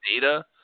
data